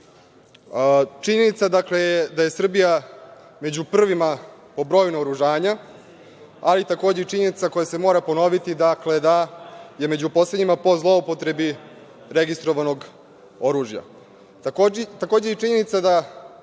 Činjenica je da je Srbija prva po broju naoružanja, ali takođe i činjenica koja se mora ponoviti da je među poslednjima po zloupotrebi registrovanog oružja. Takođe